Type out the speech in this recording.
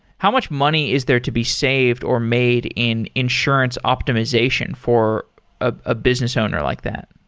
how much money is there to be saved or made in insurance optimization for a business owner like that?